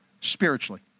spiritually